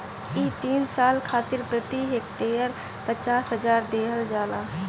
इ तीन साल खातिर प्रति हेक्टेयर पचास हजार देहल जाला